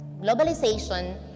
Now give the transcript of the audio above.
globalization